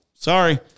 Sorry